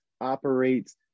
operates